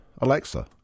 Alexa